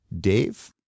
Dave